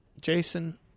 Jason